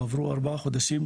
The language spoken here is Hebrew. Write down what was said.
עברו ארבעה חודשים,